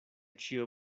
ĉio